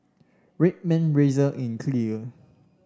Red Man Razer and Clear